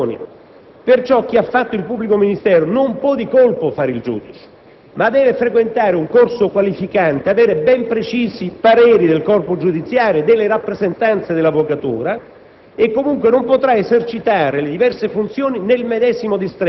Come ho già detto, vorrei conservare la distinzione delle funzioni; perciò chi ha fatto il pubblico ministero non potrà di colpo fare il giudice, ma dovrà frequentare un corso qualificante, avere ben precisi pareri del corpo giudiziario e delle rappresentanze dell'avvocatura